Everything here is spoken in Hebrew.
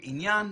העניין,